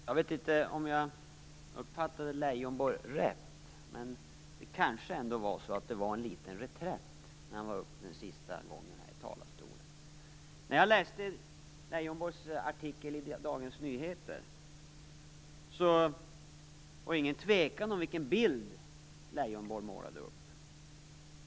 Fru talman! Jag vet inte om jag uppfattade Leijonborg rätt, men det kanske ändå var en liten reträtt när han var uppe senast i talarstolen. När jag läste Leijonborgs artikel i Dagens Nyheter, var det ingen tvekan om vilken bild Leijonborg målade upp.